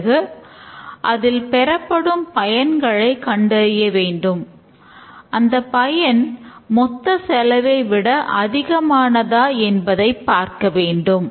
பிறகு அதில் பெறப்படும் பயன்களைக் கண்டறிய வேண்டும் இந்தப் பயன் மொத்த செலவை விட அதிகமானதா என்பதைப் பார்க்கவேண்டும்